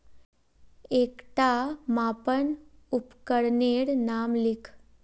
एकटा मापन उपकरनेर नाम लिख?